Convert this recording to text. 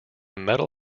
metal